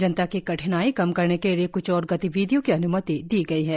जनता की कठिनाई कम करने के लिए क्छ और गतिविधियों की अन्मति दी गई है